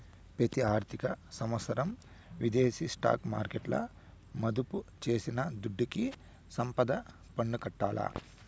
పెతి ఆర్థిక సంవత్సరం విదేశీ స్టాక్ మార్కెట్ల మదుపు చేసిన దుడ్డుకి సంపద పన్ను కట్టాల్ల